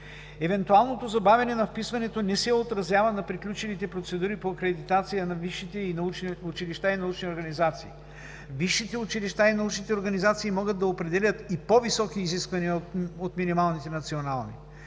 Евентуалното забавяне на вписването не се отразява на приключените процедури по акредитация на висшите училища и научни организации. Висшите училища и научните организации могат да определят и по-високи изисквания от минималните национални.